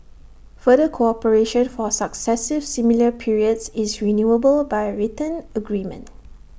further cooperation for successive similar periods is renewable by written agreement